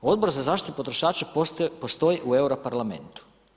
Odbor za zaštitu potrošača postoji u europarlamentu.